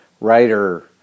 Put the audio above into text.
writer